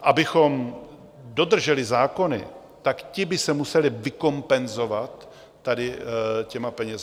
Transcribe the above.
Abychom dodrželi zákony, tak ti by se museli vykompenzovat tady těmi penězi.